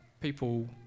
people